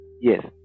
Yes